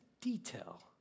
detail